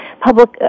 public